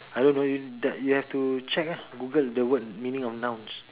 I don't know you d~ you have to check ah Google the word meaning of nouns